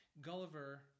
Gulliver